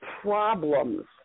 problems